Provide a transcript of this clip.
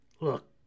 Look